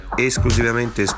esclusivamente